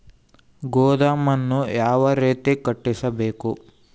ಗೋದಾಮನ್ನು ಯಾವ ರೇತಿ ಕಟ್ಟಿಸಬೇಕು?